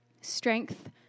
Strength